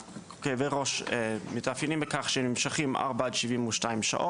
כאבי ראש מתאפיינים בכך שהם נמשים 4 עד 72 שעות,